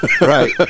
Right